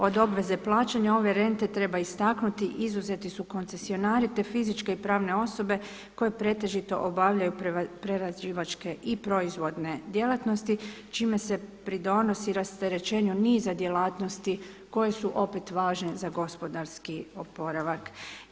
Od obveze plaćanja ove rente treba istaknuti, izuzeti u koncesionari te fizičke i pravne osobe koje pretežito obavljaju prerađivačke i proizvodne djelatnosti čime se pridonosi rasterećenju niza djelatnosti koje su opet važne za gospodarski oporavak.